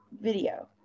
video